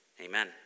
Amen